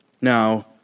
Now